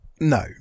No